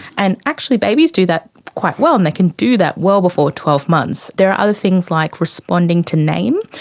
and actually babies do that quite well and they can do that well before twelve months. there are other things like responding to name.